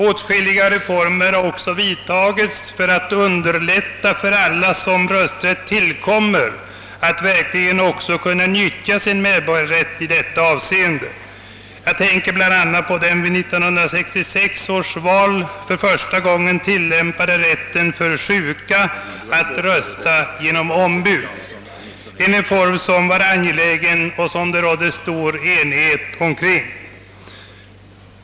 Åtskilliga reformer har också genomförts för att underlätta för alla som har rösträtt att verkligen kunna utöva den. Jag tänker bl.a. på den möjlighet som vid 1966 års val för första gången bereddes sjuka att rösta genom ombud — en reform som var angelägen och som det rådde stor enighet om.